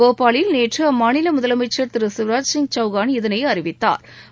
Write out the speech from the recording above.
போபாலில் நேற்று அம்மாநில முதலமைச்சர் திரு சிவராஜ் சிங் சௌகான் இதனை அறிவித்தாா்